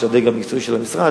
שזה גם ניסוי של המשרד,